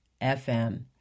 FM